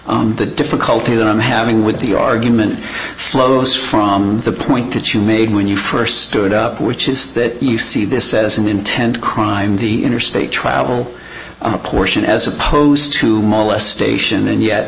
and the difficulty that i'm having with the argument flows from the point that you made when you st stood up which is that you see this as an intent crime the interstate travel portion as opposed to molestation and yet